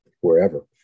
wherever